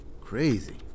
Crazy